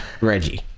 reggie